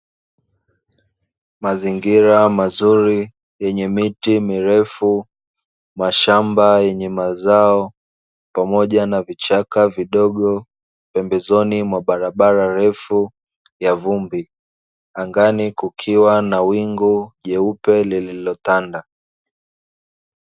Mazingira mazuri yenye miti mirefu, mashamba yenye mazao pamoja na vichaka vidogo, pembezoni mwa barabara refu ya vumbi. Angani kukiwa na wingu jeupe lililotanda.